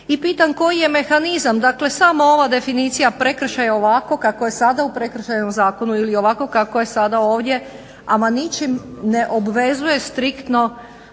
i pitam koji je mehanizam dakle samo ova definicija prekršaj je ovako kako je sad u prekršajnom zakonu ili ovako kako je sada ovdje ama ničim ne obvezuje striktno